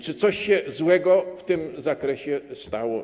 Czy coś się złego w tym zakresie stało?